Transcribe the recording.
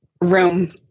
room